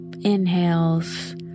inhales